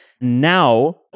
Now